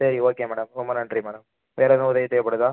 சரி okay madam ரொம்ப நன்றி மேடம் வேறு எதுவும் உதவி தேவைப்படுதா